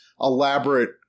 elaborate